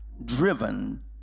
driven